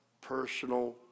personal